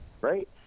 Right